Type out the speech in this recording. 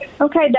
Okay